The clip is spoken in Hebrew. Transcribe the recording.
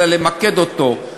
אלא למקד אותו,